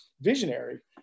visionary